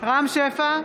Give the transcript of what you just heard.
רם שפע,